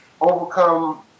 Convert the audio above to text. overcome –